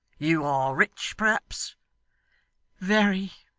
you are rich, perhaps very,